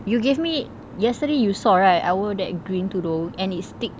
you gave me yesterday you saw right I wear that green tudung and it stick